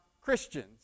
Christians